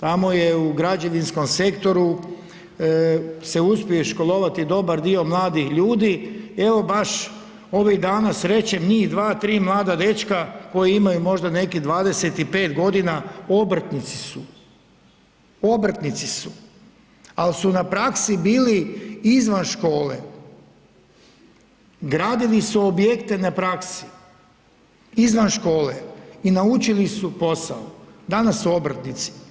tamo je u građevinskom sektoru se uspije školovati dobar dio mladih ljudi, evo baš ovih dana srećem njih dva, tri mlada dečka koji imaju možda nekih 25 godina obrtnici su, ali su na praksi bili izvan škole, gradili su objekte na praksi izvan škole i naučili su posao, danas su obrtnici.